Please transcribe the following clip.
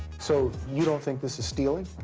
so you don't think this is stealing?